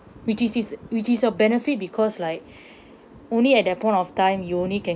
which is is which is a benefit because like only at that point of time you only can